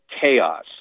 chaos